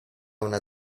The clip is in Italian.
una